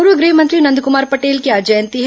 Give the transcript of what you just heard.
पूर्व गृहमंत्री नंदकृमार पटेल की आज जयंती है